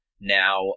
now